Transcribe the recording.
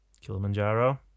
Kilimanjaro